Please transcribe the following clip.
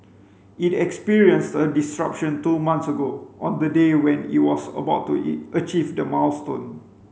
it experienced a disruption two months ago on the day when it was about to achieve the milestone